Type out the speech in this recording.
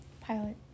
Pilot